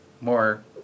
more